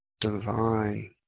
divine